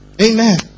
Amen